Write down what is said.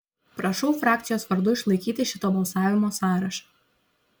prašau frakcijos vardu išlaikyti šito balsavimo sąrašą